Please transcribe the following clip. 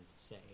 say